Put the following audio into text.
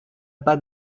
pas